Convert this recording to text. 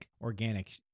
organic